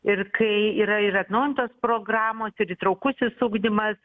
ir kai yra ir atnaujintos programos ir įtraukusis ugdymas